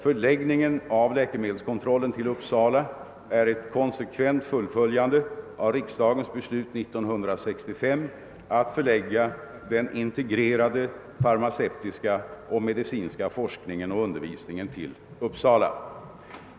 Förläggningen av läkemedelskontrollen till Uppsala är ett konsekvent fullföljande av riksdagens beslut 1965 att förlägga den integrerade farmaceutiska och medicinska forskningen och undervisningen till Uppsala.